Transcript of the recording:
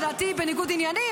לדעתי היא בניגוד עניינים,